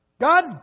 God